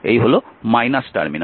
এই হল টার্মিনাল